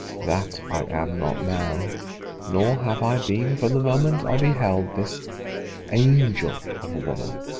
that i am not now nor have i been from the moment i beheld this angel of a woman.